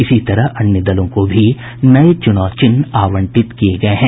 इसी तरह अन्य दलों को भी नये चुनाव चिन्ह आवंटित किये गये हैं